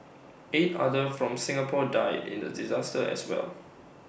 eight other from Singapore died in the disaster as well